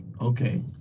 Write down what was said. okay